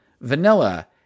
vanilla